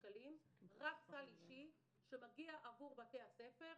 רק סל אישי שמגיע עבור בתי הספר.